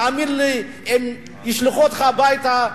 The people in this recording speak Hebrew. תאמין לי שהם ישלחו אותך הביתה,